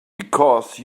because